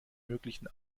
möglichen